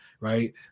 right